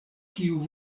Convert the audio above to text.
kiu